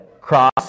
cross